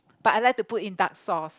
but I like to put in dark sauce